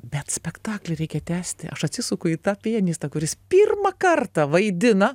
bet spektaklį reikia tęsti aš atsisuku į tą pianistą kuris pirmą kartą vaidina